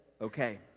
okay